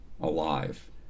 alive